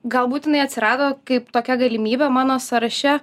galbūt jinai atsirado kaip tokia galimybė mano sąraše